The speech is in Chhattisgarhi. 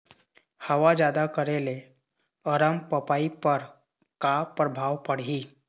हवा जादा करे ले अरमपपई पर का परभाव पड़िही?